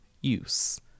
use